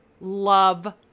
love